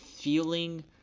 feeling